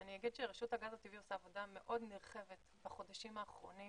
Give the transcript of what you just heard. רשות הגז הטבעי עושה עבודה מאוד נרחבת בחודשים האחרונים